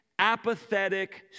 apathetic